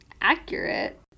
accurate